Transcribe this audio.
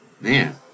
Man